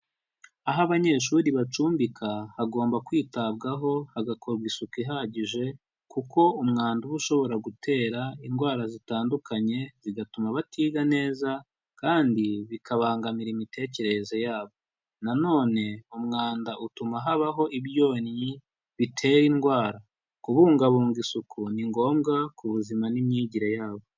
Aho abanyeshuri bacumbika, hagomba kwitabwaho hagakorwa isuku ihagije, kuko umwanda uba ushobora gutera indwara zitandukanye, zigatuma batiga neza kandi bikabangamira imitekerereze yabo. Na none umwanda utuma habaho ibyonnyi bitera indwara. Kubungabunga isuku ni ngombwa ku buzima n'imyigire yabo.